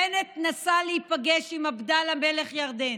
בנט נסע להיפגש עם עבדאללה מלך ירדן.